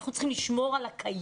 אנחנו צריכים לשמור על הקיים.